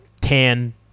tan